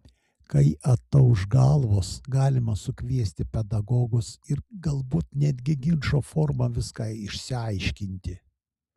kai atauš galvos galima sukviesti pedagogus ir galbūt netgi ginčo forma viską išsiaiškinti